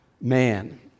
man